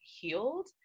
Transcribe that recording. healed